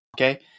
Okay